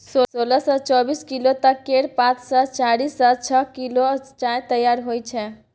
सोलह सँ चौबीस किलो तक केर पात सँ चारि सँ छअ किलो चाय तैयार होइ छै